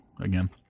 again